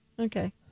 Okay